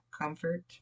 comfort